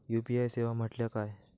UPI सेवा म्हटल्या काय?